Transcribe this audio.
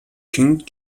king